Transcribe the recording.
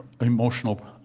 emotional